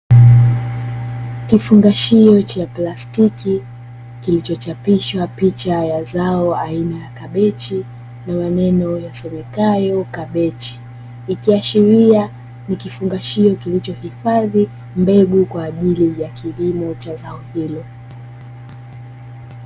Kifungashio cha plastiki kilichochapisha picha ya zao aina ya kabechi na maneno yasomekayo "CABBAGE" ikiashiria ni kifungashio kilichohifadhi mbegu kwa ajili ya kilimo cha zao hilo.